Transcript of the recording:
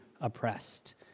oppressed